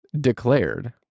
declared